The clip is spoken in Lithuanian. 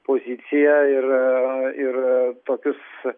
poziciją irir tokius